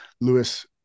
Lewis